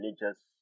religious